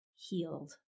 healed